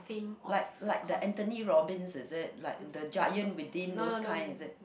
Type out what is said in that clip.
like like the Anthony -obbins is it like the giant within those kind is it